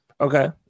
Okay